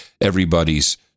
everybody's